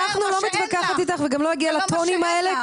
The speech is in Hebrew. אני לא מתווכחת איתך וגם לא אגיע לטונים האלה,